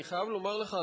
אני חייב לומר לך,